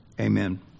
Amen